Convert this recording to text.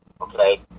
okay